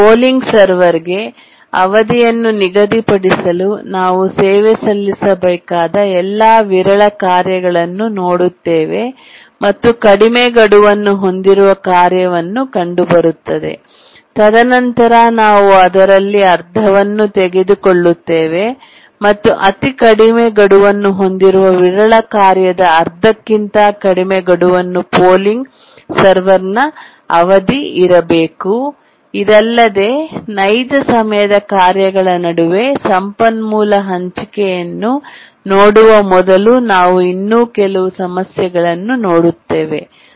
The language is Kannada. ಪೋಲಿಂಗ್ ಸರ್ವರ್ಗೆ ಅವಧಿಯನ್ನು ನಿಗದಿಪಡಿಸಲು ನಾವು ಸೇವೆ ಸಲ್ಲಿಸಬೇಕಾದ ಎಲ್ಲಾ ವಿರಳ ಕಾರ್ಯಗಳನ್ನು ನೋಡುತ್ತೇವೆ ಮತ್ತು ಕಡಿಮೆ ಗಡುವನ್ನು ಹೊಂದಿರುವ ಕಾರ್ಯವು ಕಂಡುಬರುತ್ತದೆ ತದನಂತರ ನಾವು ಅದರಲ್ಲಿ ಅರ್ಧವನ್ನು ತೆಗೆದುಕೊಳ್ಳುತ್ತೇವೆ ಮತ್ತು ಅತಿ ಕಡಿಮೆ ಗಡುವನ್ನು ಹೊಂದಿರುವ ವಿರಳ ಕಾರ್ಯದ ಅರ್ಧಕ್ಕಿಂತ ಕಡಿಮೆ ಗಡುವನ್ನು ಪೋಲಿಂಗ್ ಸರ್ವರ್ ನ ಅವಧಿ ಇರಬೇಕು ಇದಲ್ಲದೆ ನೈಜ ಸಮಯದ ಕಾರ್ಯಗಳ ನಡುವೆ ಸಂಪನ್ಮೂಲ ಹಂಚಿಕೆಯನ್ನು ನೋಡುವ ಮೊದಲು ನಾವು ಇನ್ನೂ ಕೆಲವು ಸಮಸ್ಯೆಗಳನ್ನು ನೋಡುತ್ತೇವೆ